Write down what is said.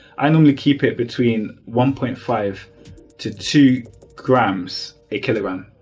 i normally keep it between one point five to two grams a kilogram.